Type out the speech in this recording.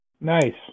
Nice